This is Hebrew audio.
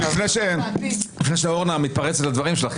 לפני שאורנה מתפרצת לדברים שלך,